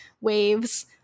waves